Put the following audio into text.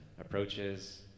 approaches